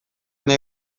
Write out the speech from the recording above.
nahi